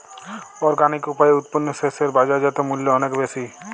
organic উপায়ে উৎপন্ন শস্য এর বাজারজাত মূল্য অনেক বেশি